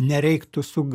nereiktų sukt